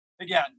again